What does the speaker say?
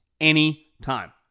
anytime